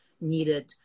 needed